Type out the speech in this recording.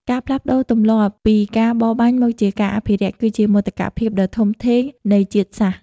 ការផ្លាស់ប្តូរទម្លាប់ពីការបរបាញ់មកជាការអភិរក្ស គឺជាមោទកភាពដ៏ធំធេងនៃជាតិសាសន៍។